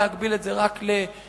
כדי לא להגביל זאת רק להורה.